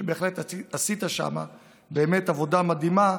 ובהחלט עשית שם באמת עבודה מדהימה.